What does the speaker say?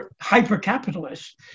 hyper-capitalist